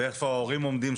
ואיפה ההורים עומדים,